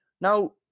Now